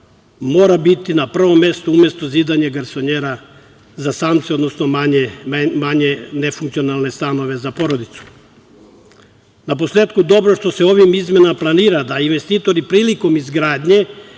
mora biti na prvom mestu umesto zidanja garsonjera za samce, odnosno manje nefunkcionalne stanove za porodicu. Naposletku, dobro je što se ovim izmenama planira da investitori prilikom izgradnje